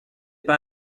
pas